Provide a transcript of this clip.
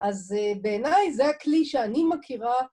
אז בעיניי זה הכלי שאני מכירה.